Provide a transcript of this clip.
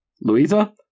Louisa